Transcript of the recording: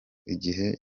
igihe